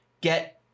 get